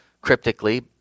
cryptically